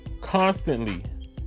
Constantly